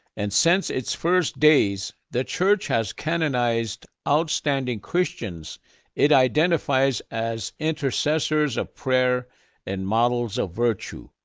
and since its first days, the church has canonized outstanding christians it identifies as intercessors of prayer and models of virtue.